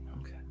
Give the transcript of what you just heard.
okay